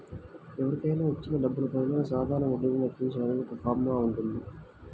ఎవరికైనా ఇచ్చిన డబ్బులపైన సాధారణ వడ్డీని లెక్కించడానికి ఒక ఫార్ములా వుంటది